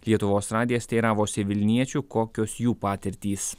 lietuvos radijas teiravosi vilniečių kokios jų patirtys